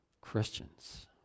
Christians